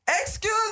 excuse